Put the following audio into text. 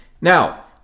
Now